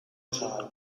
osagai